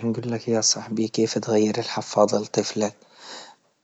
راح نقلك يا صاحبي كيف تغير الحفاضة لطفلك،